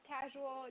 Casual